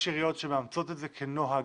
יש עיריות שמאמצות את זה כנוהג,